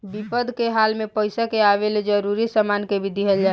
विपद के हाल में पइसा के अलावे जरूरी सामान के भी दिहल जाला